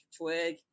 Twig